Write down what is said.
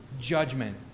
judgment